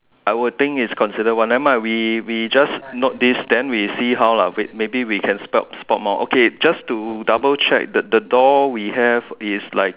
I would think it's considered one never mind we we just note this then we see how lah wait maybe we can spelt spot more okay just to double check the the door we have is like